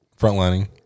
Frontlining